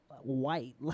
white